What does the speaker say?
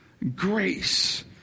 Grace